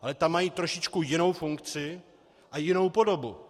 Ale tam mají trošičku jinou funkci a jinou podobu.